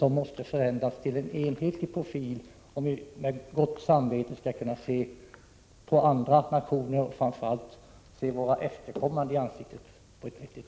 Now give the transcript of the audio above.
Vi måste i stället få en enhetlig profil, om vi med gott samvete skall kunna se andra nationer och framför allt våra efterkommande i ansiktet.